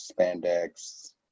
spandex